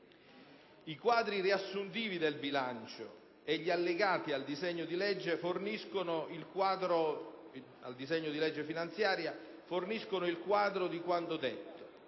I quadri riassuntivi del bilancio e gli allegati al disegno di legge finanziaria forniscono il quadro di quanto detto.